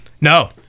No